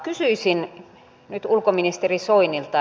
kysyisin nyt ulkoministeri soinilta